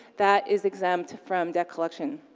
that is exempt from debt collection.